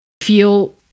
feel